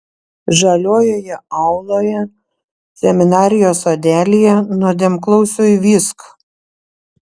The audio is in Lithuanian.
žaliojoje auloje seminarijos sodelyje nuodėmklausiui vysk